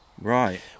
right